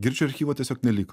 girčio archyvo tiesiog neliko